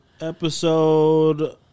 Episode